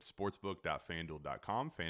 sportsbook.fanduel.com